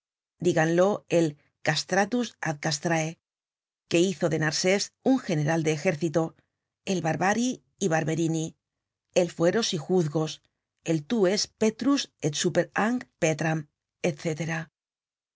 díganlo el castratus ád castm que hizo de narsés un general de ejercito el barban y barberini el fueros y juzfjos el tu es petrus et super hanc